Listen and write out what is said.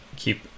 keep